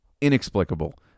Inexplicable